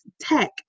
tech